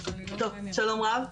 שלום רב.